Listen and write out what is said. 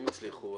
אם הצליחו,